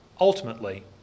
ultimately